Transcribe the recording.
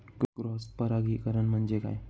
Cross परागीकरण म्हणजे काय?